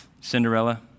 Cinderella